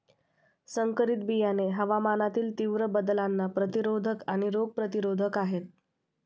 संकरित बियाणे हवामानातील तीव्र बदलांना प्रतिरोधक आणि रोग प्रतिरोधक आहेत